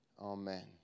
Amen